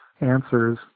answers